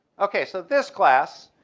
ok. so this class,